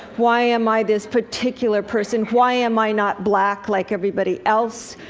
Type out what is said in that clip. why am i this particular person, why am i not black like everybody else?